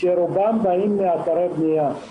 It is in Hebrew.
שרובם באים מאתרי בנייה,